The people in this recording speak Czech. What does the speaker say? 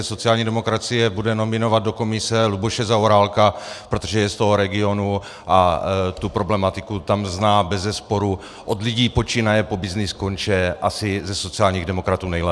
Sociální demokracie bude nominovat do komise Luboše Zaorálka, protože je z toho regionu a tu problematiku tam zná bezesporu, od lidí počínaje po byznys konče, asi ze sociálních demokratů nejlépe.